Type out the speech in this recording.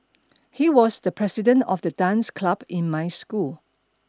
he was the president of the dance club in my school